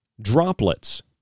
droplets